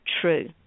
true